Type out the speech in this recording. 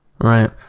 Right